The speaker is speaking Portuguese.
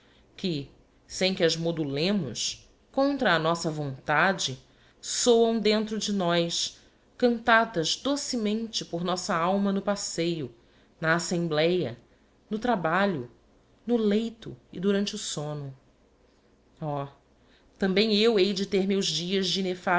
que sem que as modulemos contra a nossa vontade soam dentro de nós cantadas docemente por nossa a ma no passeio na assembléa no trabalho no leito e durante o somno oh i também eu hei de ter meus dias